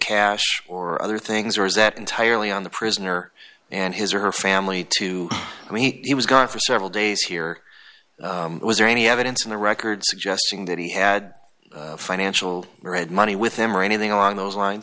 cash or other things or is that entirely on the prisoner and his or her family to me he was gone for several days here or was there any evidence in the record suggesting that he had financial read money with him or anything along those lines